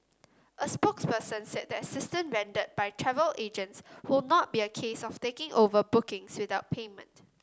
a spokesperson said the assistance rendered by travel agents who not be a case of taking over bookings without payment